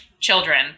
children